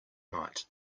night